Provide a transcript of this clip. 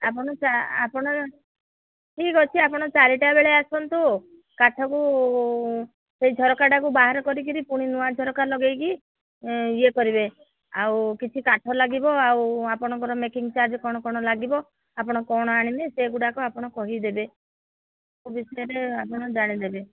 ଆପଣ ଆପଣ ଠିକ୍ ଅଛି ଆପଣ ଚାରିଟା ବେଳେ ଆସନ୍ତୁ କାଠକୁ ସେଇ ଝରକାଟାକୁ ବାହାର କରିକିରି ପୁଣି ନୂଆ ଝରକା ଲଗେଇକି ଇଏ କରିବେ ଆଉ କିଛି କାଠ ଲାଗିବ ଆଉ ଆପଣଙ୍କର ମେକିଙ୍ଗ୍ ଚାର୍ଜ୍ କ'ଣ କ'ଣ ଲାଗିବ ଆପଣ କ'ଣ ଆଣିବେ ସେଗୁଡ଼ାକ ଆପଣ କହିଦେବେ ସେ ବିଷୟରେ ଆପଣ ଜାଣିଦେବେ